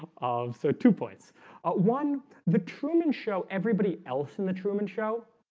um so two points one the truman show everybody else in the truman show,